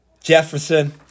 Jefferson